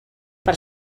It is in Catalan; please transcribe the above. per